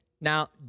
Now